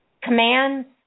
commands